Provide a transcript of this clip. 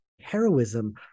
heroism